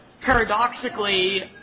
paradoxically